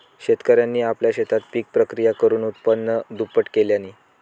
शेतकऱ्यांनी आपल्या शेतात पिक प्रक्रिया करुन उत्पन्न दुप्पट केल्यांनी